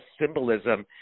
symbolism